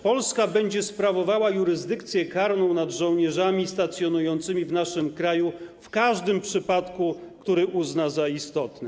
Polska będzie sprawowała jurysdykcję karną nad żołnierzami stacjonującymi w naszym kraju w każdym przypadku, który uzna za istotny.